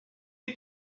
you